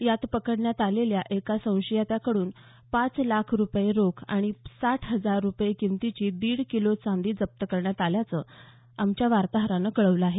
यात पकडण्यात आलेल्या एका संशयिताकडून पाच लाख रुपये रोख आणि साठ हजार रुपये किमतीची दीड किलो चांदी जप्त करण्यात आल्याचं आमच्या वार्ताहरानं कळवलं आहे